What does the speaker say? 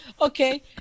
Okay